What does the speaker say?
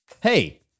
Hey